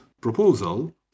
proposal